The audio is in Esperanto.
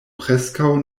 preskaŭ